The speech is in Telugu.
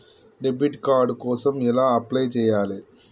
డెబిట్ కార్డు కోసం ఎలా అప్లై చేయాలి?